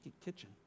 kitchen